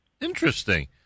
Interesting